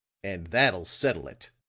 and that'll settle it.